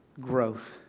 growth